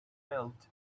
felt